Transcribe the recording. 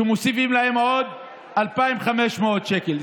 שמוסיפים להם עוד 2,500 שקל,